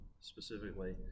specifically